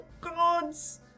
gods